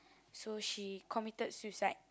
so she committed suicide